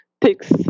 takes